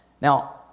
Now